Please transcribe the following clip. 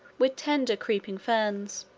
with tender creeping ferns